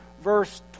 verse